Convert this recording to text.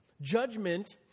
Judgment